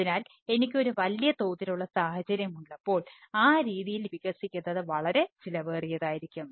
അതിനാൽ എനിക്ക് ഒരു വലിയ തോതിലുള്ള സാഹചര്യം ഉള്ളപ്പോൾ ആ രീതിയിൽ വികസിക്കുന്നത് വളരെ ചെലവേറിയതായിരിക്കും